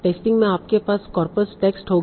testing में आपके पास कॉर्पस टेक्स्ट होगा